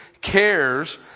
cares